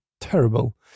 terrible